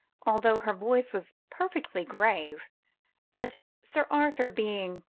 although her voice was perfectly grave but sir arthur, being,